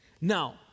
Now